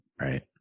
right